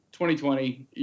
2020